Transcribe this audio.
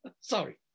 sorry